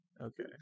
okay